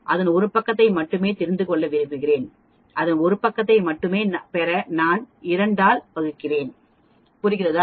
அதன் ஒரு பக்கத்தை மட்டுமே தெரிந்து கொள்ள விரும்புகிறேன் அதன் ஒரு பக்கத்தை மட்டுமே பெற நான் 2 ஆல் வகுக்கிறேன் புரிந்ததா